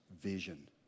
vision